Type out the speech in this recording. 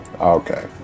Okay